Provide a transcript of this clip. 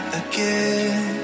again